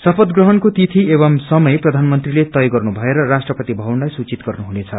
शपथ ग्रहण्को विधि एवं समय प्रधानमंत्रीले तय गर्नु भएर राष्ट्रपति भवनलाई सूचित गर्नुहुनेछ